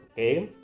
a